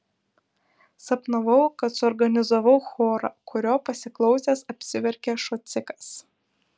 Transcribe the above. sapnavau kad suorganizavau chorą kurio pasiklausęs apsiverkė šocikas